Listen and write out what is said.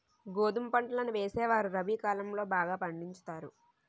గోధుమ పంటలను వేసేవారు రబి కాలం లో బాగా పండించుతారు